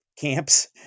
camps